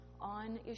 on